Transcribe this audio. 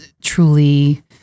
truly